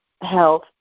health